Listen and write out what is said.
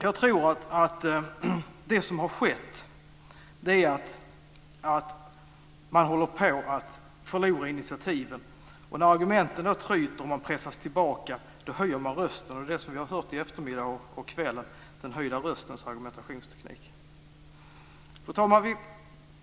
Jag tror att det som har skett är att man håller på att förlora initiativet. När argumenten då tryter och man pressas tillbaka så höjer man rösten. Det är det som vi har hört i eftermiddag och kväll - den höjda röstens argumentationsteknik. Fru talman!